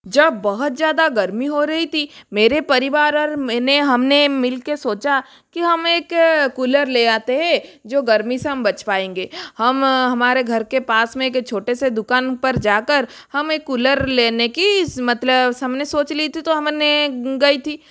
जब बहुत ज़्यादा गर्मी हो रही थी मेरे परिवार और मैंने हमने मिलके सोचा कि हम एक कूलर ले आते है जो गर्मी से हम बच पाएंगे हम हमारे घर के पास में एक छोटे से दुकान पर जाकर हम एक कूलर लेने की मतलब हमने सोच ली थी तो हमने गई थी